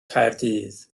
caerdydd